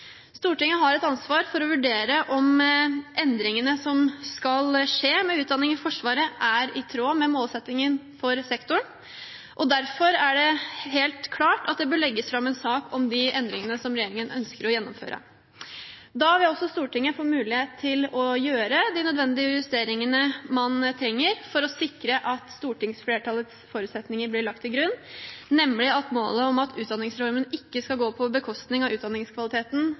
Stortinget har et ansvar for å vurdere om endringene som skal skje med utdanningen i Forsvaret, er i tråd med målsettingen for sektoren, og derfor er det helt klart at det bør legges fram en sak om de endringene som regjeringen ønsker å gjennomføre. Da vil også Stortinget få mulighet til å gjøre de nødvendige justeringene man trenger for å sikre at stortingsflertallets forutsetninger blir lagt til grunn, nemlig at målet om at utdanningsreformen ikke skal gå på bekostning av utdanningskvaliteten,